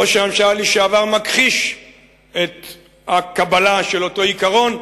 ראש הממשלה לשעבר מכחיש כי קיבל אותו עיקרון,